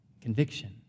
Conviction